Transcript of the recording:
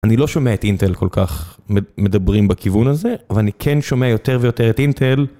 אני לא שומע את אינטל כל כך מדברים בכיוון הזה, אבל אני כן שומע יותר ויותר את אינטל.